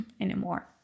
anymore